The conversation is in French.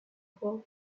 forte